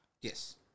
yes